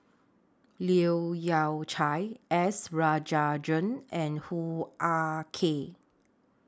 Leu Yew Chye S Rajendran and Hoo Ah Kay